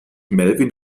melvin